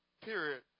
period